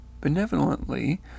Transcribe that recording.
benevolently